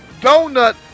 donut